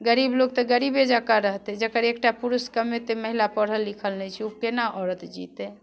गरीब लोक तऽ गरीबे जँका रहतै जकर एकटा पुरुष कमेतै महिला पढ़ल लिखल नहि छै ओ केना औरत जीतै